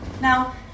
Now